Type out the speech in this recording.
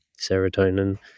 serotonin